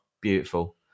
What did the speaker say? Beautiful